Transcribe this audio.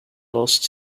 lost